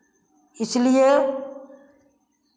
इसलिए